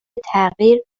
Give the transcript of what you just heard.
تغییر